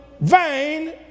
vain